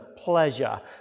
pleasure